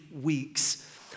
weeks